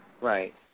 Right